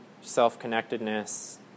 self-connectedness